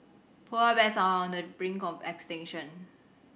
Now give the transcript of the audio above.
polar bears are on the brink of extinction